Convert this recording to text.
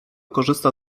korzysta